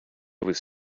was